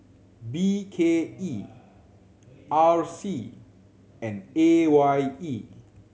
B K E R C and A Y E